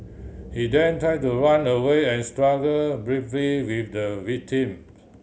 he then try to run away and struggle briefly with the victim